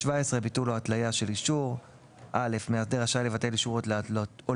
ביטול התליה של אישור 17. (א) מאסדר רשאי לבטל אישור או להתלותו,